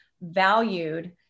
valued